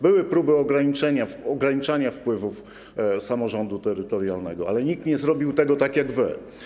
Były próby ograniczania wpływów samorządu terytorialnego, ale nikt nie zrobił tego tak jak wy.